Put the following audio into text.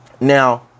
Now